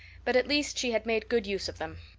but at least she had made good use of them.